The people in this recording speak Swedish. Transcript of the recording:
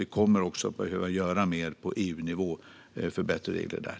Vi kommer att behöva göra mer på EU-nivå för bättre regler där.